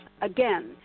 again